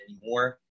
anymore